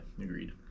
agreed